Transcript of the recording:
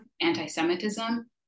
anti-Semitism